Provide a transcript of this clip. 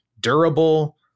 durable